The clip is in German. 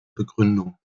begründung